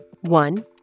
One